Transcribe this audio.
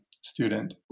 student